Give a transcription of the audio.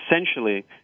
essentially